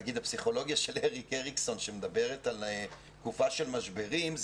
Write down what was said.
נגיד הפסיכולוגיה של אריק אריקסון שמדברת על תקופה של משברים,